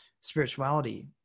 spirituality